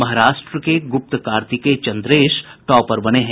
महाराष्ट्र के गुप्त कार्तिकेय चन्द्रेश टॉपर बने है